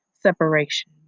Separation